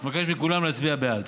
אני מבקש מכולם להצביע בעד.